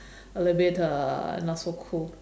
a little bit uh not so cool